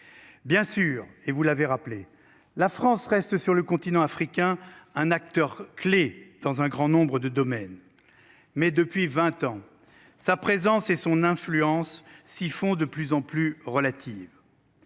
Bien sûr et vous l'avez rappelé, la France reste sur le continent africain, un acteur clé dans un grand nombre de domaines. Mais depuis 20 ans. Sa présence et son influence s'ils font de plus en plus relative.